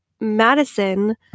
Madison